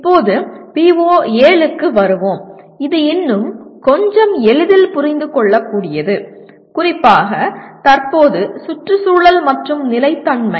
இப்போது PO7 க்கு வருவோம் இது இன்னும் கொஞ்சம் எளிதில் புரிந்து கொள்ளக்கூடியது குறிப்பாக தற்போது சுற்றுச்சூழல் மற்றும் நிலைத்தன்மை